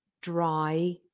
dry